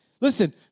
Listen